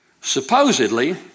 Supposedly